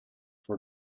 voor